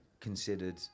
considered